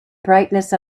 brightness